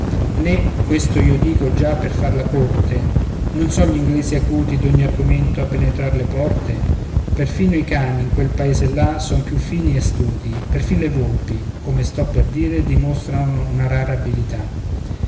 né questo io dico già per far la corte non son gli inglesi acuti d'ogni argomento a penetrar le porte perfino i cani in quel paese là sono più fini e astuti perfin le volpi come sto per dire dimostrano una rara abilità